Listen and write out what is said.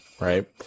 right